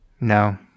No